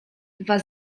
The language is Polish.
dwa